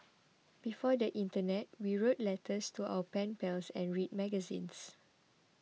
before the internet we wrote letters to our pen pals and read magazines